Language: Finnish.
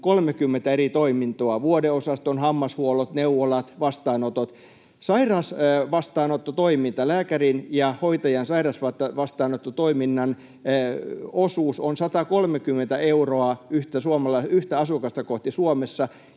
30 eri toimintoa, vuodeosaston, hammashuollot, neuvolat, vastaanotot. Lääkärin ja hoitajan sairausvastaanottotoiminnan osuus on 130 euroa yhtä asukasta kohti Suomessa,